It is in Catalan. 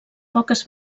poques